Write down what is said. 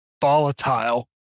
volatile